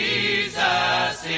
Jesus